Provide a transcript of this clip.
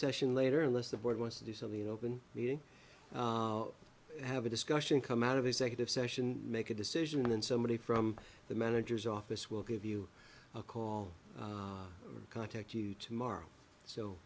session later unless the board wants to do something open meeting have a discussion come out of executive session make a decision and somebody from the manager's office will give you a call or contact you tomorrow so